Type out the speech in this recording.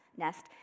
Nest